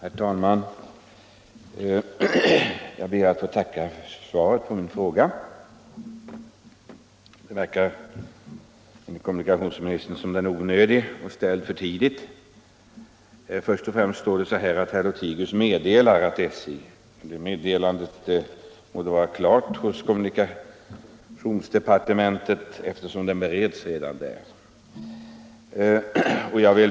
Herr talman! Jag ber att få tacka för svaret på min fråga. Det verkar på kommunikationsministern som om frågan skulle vara onödig och för tidigt ställd. Först och främst säger kommunikationsministern: ”Herr Lothigius meddelar att SJ föreslagit ——--.” Det ”meddelandet” fanns väl tidigare hos kommunikationsdepartementet eftersom frågan redan bereds där.